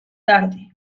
tarde